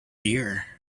year